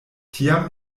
tiam